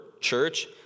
church